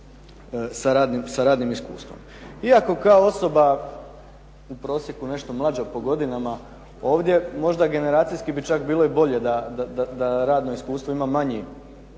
sa radnim iskustvom. Iako kao osoba u prosjeku nešto mlađa po godinama ovdje možda generacijski bi čak bilo i bolje da radno iskustvo ima manji